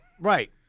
Right